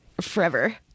forever